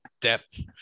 depth